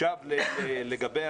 לגבי